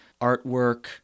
artwork